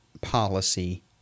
policy